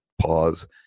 pause